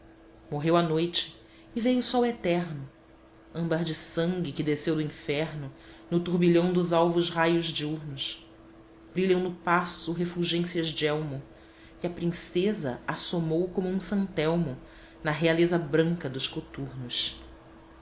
morreu a noite e veio o sol eterno âmbar de sangue que desceu do inferno no turbilhão dos alvos raios diurnos brilham no paço refulgências de elmo e a princesa assomou como um santelmo na realeza branca dos coturnos